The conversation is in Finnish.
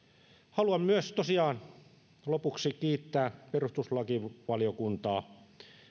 haluan myös tosiaan lopuksi kiittää perustuslakivaliokuntaa